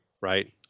right